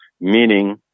meaning